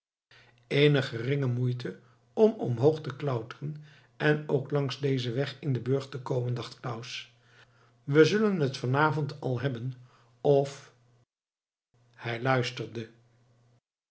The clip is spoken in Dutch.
eene geringe moeite om omhoog te klauteren en ook langs dezen weg in den burcht te komen dacht claus we zullen het van avond al hebben of hij luisterde